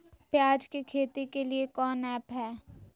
प्याज के खेती के लिए कौन ऐप हाय?